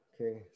Okay